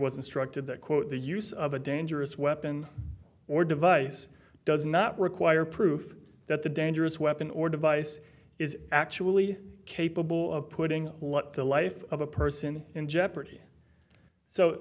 was instructed that quote the use of a dangerous weapon or device does not require proof that the dangerous weapon or device is actually capable of putting what the life of a person in jeopardy so